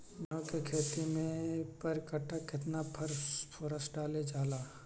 गेंहू के खेती में पर कट्ठा केतना फास्फोरस डाले जाला?